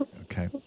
Okay